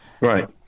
Right